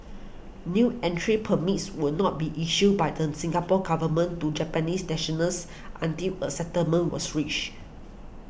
new entry permits would not be issued by the Singapore Government to Japanese nationals until a settlement was reached